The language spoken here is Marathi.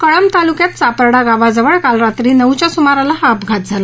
कळंब तालुक्यात चापर्डा गावाजवळ काल रात्री नऊच्या सुमाराला हा अपघात झाला